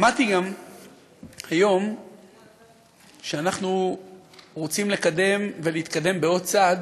גם שמעתי היום שאנחנו רוצים לקדם ולהתקדם עוד צעד